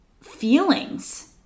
feelings